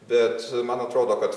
bet man atrodo kad